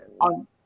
on